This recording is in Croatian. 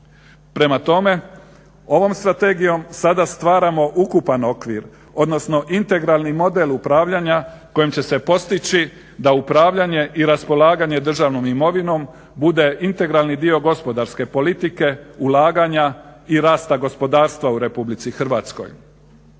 Prema tome, ovom strategijom sada stvaramo ukupan okvir, odnosno integralni model upravljanja kojim će se postići da upravljanje i raspolaganje državnom imovinom bude integralni dio gospodarske politike, ulaganja i rasta gospodarstva u Republici Hrvatskoj.